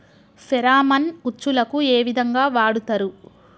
Pheromone ఉచ్చులకు ఏ విధంగా వాడుతరు?